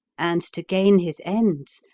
and, to gain his ends,